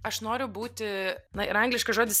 aš noriu būti na yra angliškas žodis